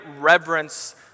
reverence